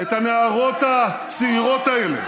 את הנערות הצעירות האלה,